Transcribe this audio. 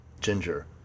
Ginger